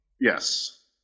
Yes